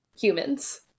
humans